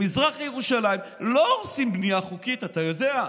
במזרח ירושלים לא הורסים בנייה חוקית, אתה יודע.